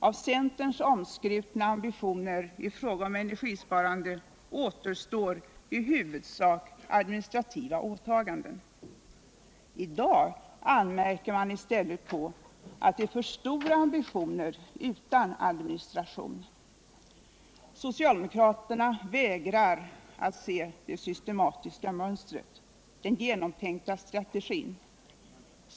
Av centerns omskrutna ambitioner i fråga om energisparande återstår i huvudsak administrativa åtaganden.” I dag anmärker man i stället på att det är för stora ambitioner utan administration. Socialdemokraterna vägrar se det systematiska mönstret, den genomtänkta strategin.